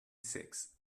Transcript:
six